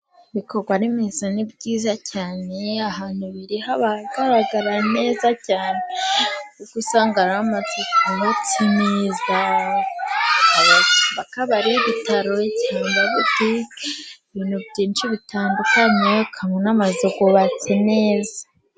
Ibikorwaremezo ni byiza cyane, ahantu biri haba hagaragara neza cyane. Kuko usanga hubatse amakabari, ibitaro cyangwa amabutike, ibintu byinshi bitandukanye n'amazu yubatse neza.